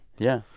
yeah.